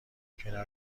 کنار